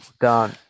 Done